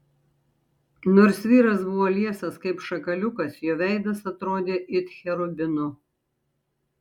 nors vyras buvo liesas kaip šakaliukas jo veidas atrodė it cherubino